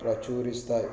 ప్రచురిస్తాయి